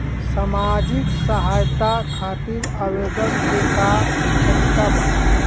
सामाजिक सहायता खातिर आवेदन के का तरीका बा?